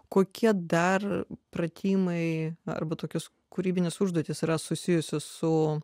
kokie dar pratimai arba tokios kūrybinės užduotys yra susijusios su